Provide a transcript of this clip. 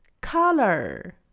color